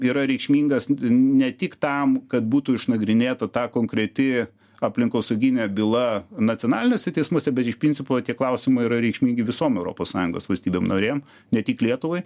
yra reikšmingas ne tik tam kad būtų išnagrinėta ta konkreti aplinkosauginė byla nacionaliniuose teismuose bet iš principo tie klausimai yra reikšmingi visom europos sąjungos valstybėm narėm ne tik lietuvai